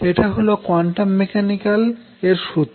এটা হল quantum mechanical এর সুত্র